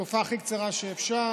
בתקופה הכי קצרה שאפשר,